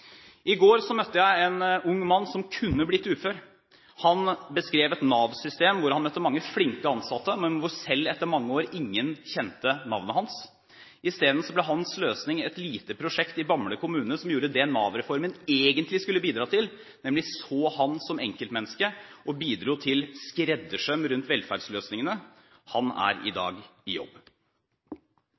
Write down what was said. I går møtte jeg en ung mann som kunne blitt ufør. Han beskrev et Nav-system hvor han møtte mange flinke ansatte, men selv etter mange år kjente ingen navnet hans. I stedet ble hans løsning et lite prosjekt i Bamble kommune som gjorde det Nav-reformen egentlig skulle bidratt til, nemlig så ham som enkeltmenneske og bidro til skreddersøm av velferdsløsningene. Han er i dag i jobb.